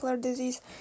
disease